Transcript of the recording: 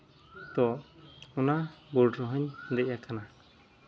ᱛᱚ ᱚᱱᱟ ᱵᱳᱰ ᱨᱮᱦᱚᱸᱧ ᱫᱮᱡ ᱠᱟᱱᱟ